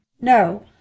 No